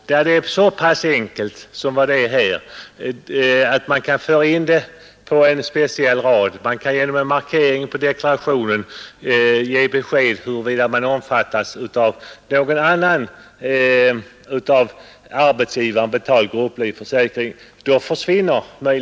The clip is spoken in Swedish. Kontrollen huruvida deklaranten är berättigad till avdrag eller ej kan åstadkommas genom en så enkel åtgärd som att införa en speciell rad på deklarationsblanketten, där det anges huruvida man omfattas av någon av arbetsgivaren betald grupplivförsäkring eller ej.